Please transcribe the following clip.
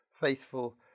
faithful